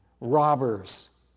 robbers